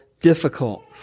difficult